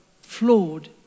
flawed